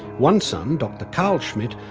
one son, doctor karl schmidt,